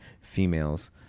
females